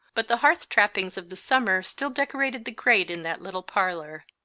but the hearth trappings of the summer still decorated the grate in that little parlour.